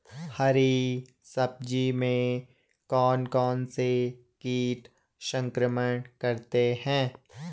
हरी सब्जी में कौन कौन से कीट संक्रमण करते हैं?